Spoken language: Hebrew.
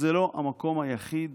זה לא המקום היחיד